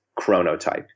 chronotype